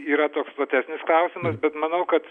yra toks platesnis klausimas bet manau kad